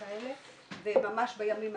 אתה נמצא פה בתפקיד.